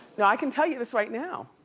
now i can tell you this right now.